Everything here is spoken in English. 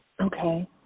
okay